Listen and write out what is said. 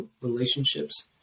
relationships